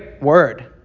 word